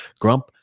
Grump